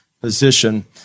position